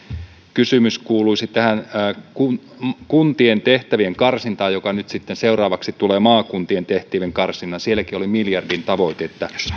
kuuluisi tähän kuntien tehtävien karsintaan ja nyt sitten seuraavaksi tulee maakuntien tehtävien karsinta sielläkin oli miljardin tavoite